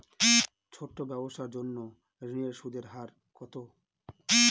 ছোট ব্যবসার জন্য ঋণের সুদের হার কত?